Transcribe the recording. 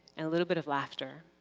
and a little bit of laughter.